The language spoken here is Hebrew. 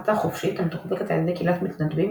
הפצה חופשית המתוחזקת על ידי קהילת מתנדבים